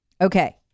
Okay